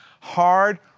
hard